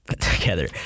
together